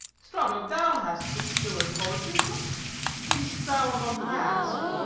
strato, thou hast some skill in poetry, what thinkst thou of a mask?